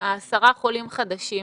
על 10 חולים חדשים